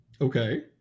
Okay